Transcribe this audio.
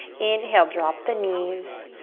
inhale, drop the knees.